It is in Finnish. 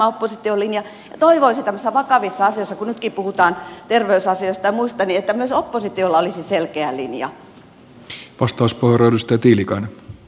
toivoisin tämmöisissä vakavissa asioissa kun nytkin puhutaan terveysasioista ja muista että myös oppositiolla olisi selkeä linja